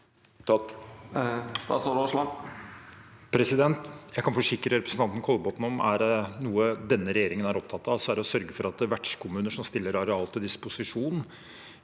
Terje Aasland Jeg kan forsikre representanten Kollbotn om at er det noe denne regjeringen er opptatt av, er det å sørge for at vertskommuner som stiller areal til disposisjon,